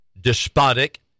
despotic